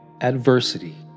adversity